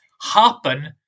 happen